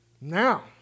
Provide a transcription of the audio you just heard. Now